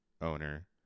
owner